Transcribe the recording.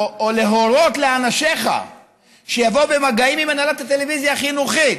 או להורות לאנשיך שיבואו במגעים עם הנהלת הטלוויזיה החינוכית